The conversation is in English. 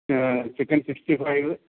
chicken sixty five